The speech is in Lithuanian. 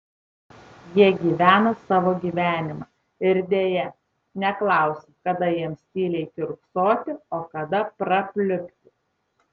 jie gyvena savo gyvenimą ir deja neklausia kada jiems tyliai kiurksoti o kada prapliupti